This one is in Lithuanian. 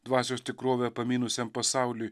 dvasios tikrovę pamynusiam pasauliui